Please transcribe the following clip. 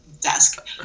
desk